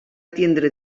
tindre